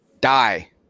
die